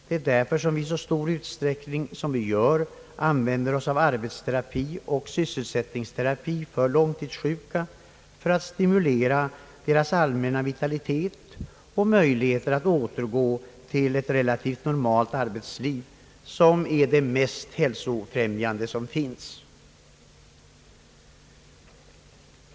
Det är därför vi i så stor utsträckning som fallet är använder oss av arbetsterapi och sysselsättningsterapi för långtidssjuka; därmed stimuleras deras allmänna vitalitet och möjligheter att återgå till ett normalt arbetsliv, som är det mest hälsofrämjande som finns.